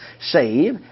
save